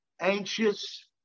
anxious